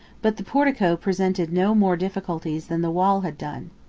but the portico presented no more difficulties than the wall had done.